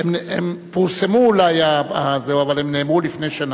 הם פורסמו אולי, אבל הם נאמרו לפני שנה,